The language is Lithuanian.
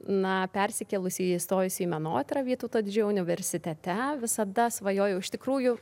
na persikėlusi įstojusi į menotyrą vytauto didžiojo universitete visada svajojau iš tikrųjų